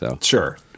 sure